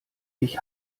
ich